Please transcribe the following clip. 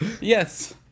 yes